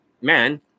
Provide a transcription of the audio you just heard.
man